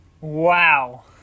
Wow